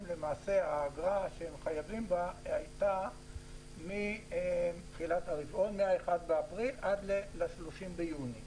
האגרה שהן חייבות בה הייתה מתחילת אפריל עד ל-30 ביוני.